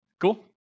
Cool